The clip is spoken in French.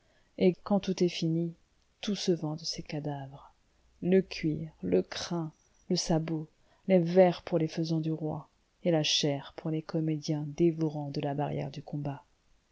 et quand tout est fini tout se vend de ces cadavres le cuir le crin le sabot les vers pour les faisans du roi et la chair pour les comédiens dévorants de la barrière du combat